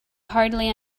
hardly